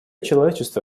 человечества